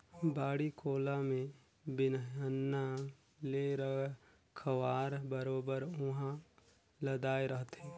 बाड़ी कोला में बिहन्हा ले रखवार बरोबर उहां लदाय रहथे